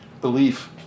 belief